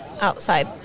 outside